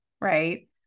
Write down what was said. right